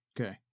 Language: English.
Okay